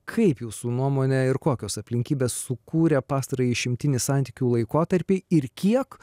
kaip jūsų nuomone ir kokios aplinkybės sukūrė pastarąjį išimtinį santykių laikotarpį ir kiek